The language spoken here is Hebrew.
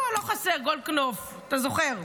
לא חסר, גולדקנופ, אתה זוכר.